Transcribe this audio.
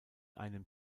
einem